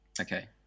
Okay